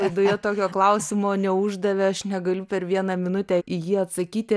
laidoje tokio klausimo neuždavė aš negaliu per vieną minutę į jį atsakyti